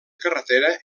carretera